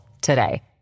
today